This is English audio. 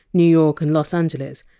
new york and los angeles,